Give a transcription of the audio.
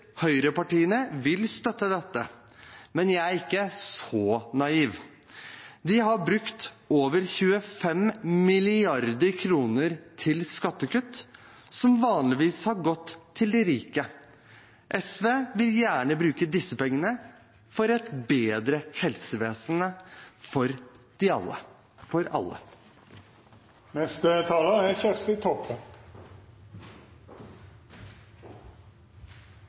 høyrepartiene vil støtte dette, men jeg er ikke så naiv. De har brukt over 25 mrd. kr til skattekutt, som vanligvis har gått til de rike. SV vil gjerne bruke disse pengene til et bedre helsevesen for alle. Eg vil berre understreka det eg avslutta mitt første innlegg med, og det er